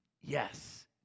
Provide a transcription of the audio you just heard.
yes